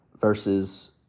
versus